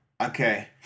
Okay